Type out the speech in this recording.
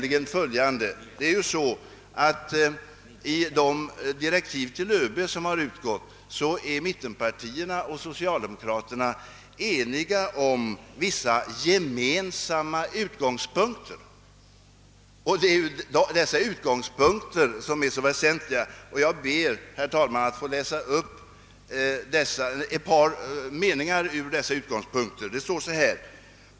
I de direktiv som utgått till ÖB är mittenpartierna och socialdemokraterna eniga om vissa gemensamma utgångspunkter. Det är dessa utgångs punkter som är så väsentliga och jag ber, herr talman, att få läsa upp ett par meningar därur.